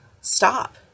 stop